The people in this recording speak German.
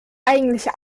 eigentliche